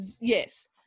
Yes